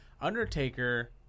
Undertaker